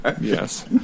Yes